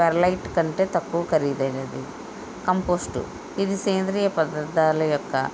perlite కంటే తక్కువ ఖరీదైనది కంపోస్టు ఇది సేంద్రియ పదర్థాల యొక్క